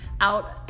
out